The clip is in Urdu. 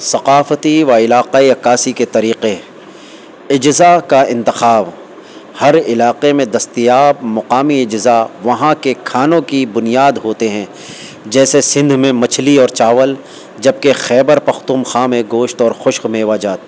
ثقافتی و علاقائی عکاسی کے طریقے اجزا کا انتخاب ہر علاقے میں دستیاب مقامی اجزا وہاں کے کھانوں کی بنیاد ہوتے ہیں جیسے سندھ میں مچھلی اور چاول جبکہ خیبر پختونخوا میں گوشت اور خشک میںوجات